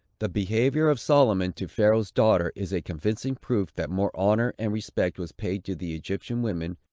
the behavior of solomon to pharaoh's daughter is a convincing proof that more honor and respect was paid to the egyptian women,